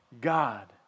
God